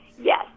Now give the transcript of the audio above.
Yes